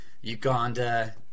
Uganda